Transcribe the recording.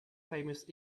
famous